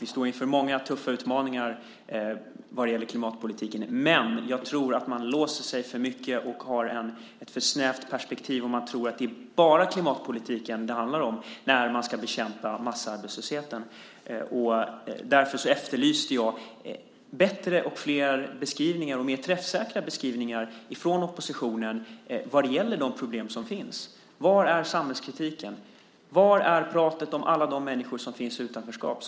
Vi står inför många tuffa utmaningar när det gäller klimatpolitiken. Men jag tror att man låser sig för mycket och har ett för snävt perspektiv om man tror att det är bara klimatpolitiken det handlar om när man ska bekämpa massarbetslösheten. Därför efterlyste jag bättre och mer träffsäkra beskrivningar från oppositionen vad gäller de problem som finns. Var är samhällskritiken? Var är pratet om alla de människor som finns i utanförskap?